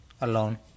alone